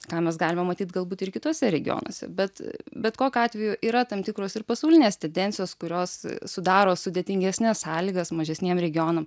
ką mes galime matyt galbūt ir kituose regionuose bet bet kokiu atveju yra tam tikros ir pasaulinės tedencijos kurios sudaro sudėtingesnes sąlygas mažesniem regionam